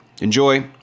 Enjoy